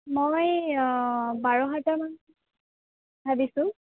মই অঁ বাৰ হাজাৰ মান ভাবিছোঁ